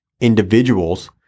individuals